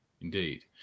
Indeed